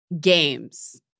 games